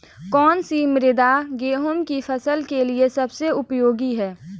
कौन सी मृदा गेहूँ की फसल के लिए सबसे उपयोगी है?